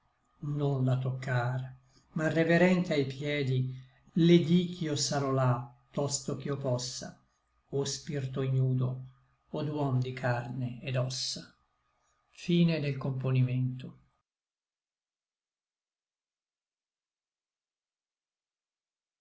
non la toccar ma reverente ai piedi le di ch'io sarò là tosto ch'io possa o spirto ignudo od uom di carne et d'ossa orso e